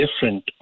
different